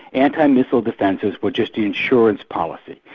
anti-missile defences were just insurance policy.